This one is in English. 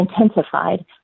intensified